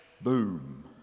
boom